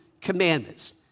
commandments